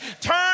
Turn